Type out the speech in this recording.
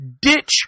ditch